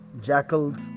Jackals